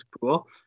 cool